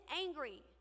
angry